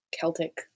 Celtic